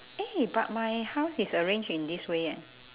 eh but my house is arranged in this way eh